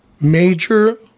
major